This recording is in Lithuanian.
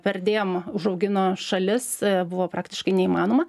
perdėm užaugino šalis buvo praktiškai neįmanoma